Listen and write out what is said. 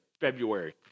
February